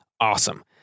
Awesome